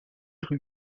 rue